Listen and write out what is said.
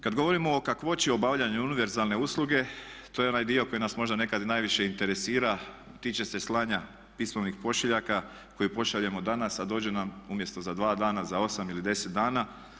Kad govorimo o kakvoći obavljanja univerzalne usluge to je onaj dio koji nas možda nekad i najviše interesira, tiče se slanja pismenih pošiljaka koje pošaljemo danas a dođe nam umjesto za dva dana za osam ili deset dana.